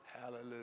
Hallelujah